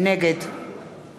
נגד